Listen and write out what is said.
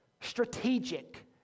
strategic